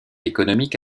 économique